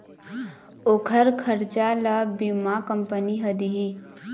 ओखर खरचा ल बीमा कंपनी ह दिही